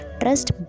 trust